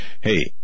hey